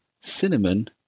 cinnamon